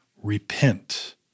Repent